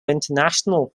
international